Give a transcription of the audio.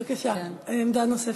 בבקשה, עמדה נוספת.